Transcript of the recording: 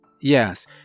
Yes